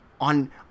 on